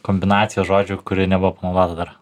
kombinacijos žodžių kurie nebuvo panaudoti dar